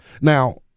now